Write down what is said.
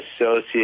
associate